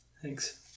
Thanks